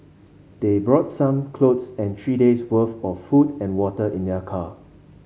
they brought some clothes and three days' worth of food and water in their car